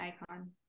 icon